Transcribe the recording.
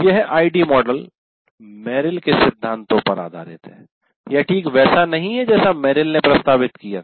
यह ID model Merrill के सिद्धांतों पर आधारित है यह ठीक वैसा नहीं है जैसा मेरिल ने प्रस्तावित किया था